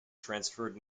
transferred